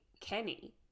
kenny